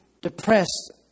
depressed